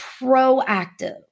proactive